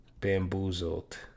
Bamboozled